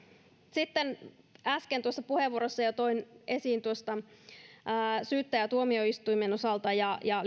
sitten äsken tuossa puheenvuorossa jo toin esiin syyttäjien ja tuomioistuimien osalta ja ja